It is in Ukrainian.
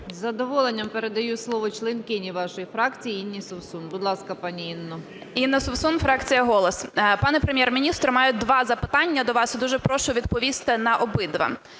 Із задоволення передаю слово членкині вашої фракції Інні Совсун. Будь ласка, пані Інно. 10:30:48 СОВСУН І.Р. Інна Совсун, фракція "Голос". Пане Прем'єр-міністре, маю два запитання до вас і дуже прошу відповісти на обидва.